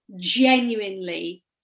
genuinely